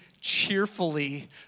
cheerfully